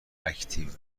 اکتیو